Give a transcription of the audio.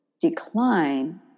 decline